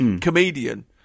comedian